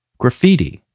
graffiti.